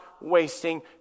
wasting